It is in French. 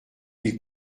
ils